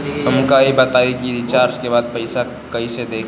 हमका ई बताई कि रिचार्ज के बाद पइसा कईसे देखी?